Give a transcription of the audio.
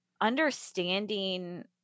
understanding